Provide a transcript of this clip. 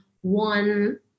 one